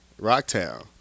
Rocktown